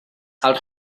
els